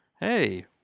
Hey